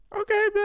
Okay